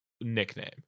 nickname